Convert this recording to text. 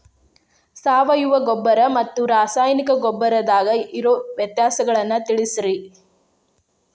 ಸಾವಯವ ಗೊಬ್ಬರ ಮತ್ತ ರಾಸಾಯನಿಕ ಗೊಬ್ಬರದಾಗ ಇರೋ ವ್ಯತ್ಯಾಸಗಳನ್ನ ತಿಳಸ್ರಿ